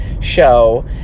show